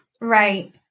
Right